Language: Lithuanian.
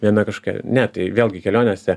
viena kažkokia ne tai vėlgi kelionėse